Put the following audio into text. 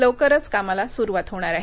लवकरच कामाला सुरुवात होणार आहे